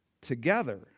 together